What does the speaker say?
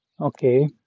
Okay